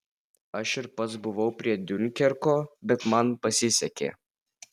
aš ir pats buvau prie diunkerko bet man pasisekė